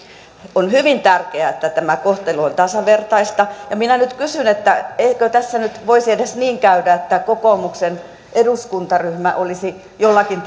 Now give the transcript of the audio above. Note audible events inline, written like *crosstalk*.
on hyvin tärkeää että tämä kohtelu on tasavertaista ja minä nyt kysyn eikö tässä nyt voisi edes niin käydä että kokoomuksen eduskuntaryhmä olisi jollakin *unintelligible*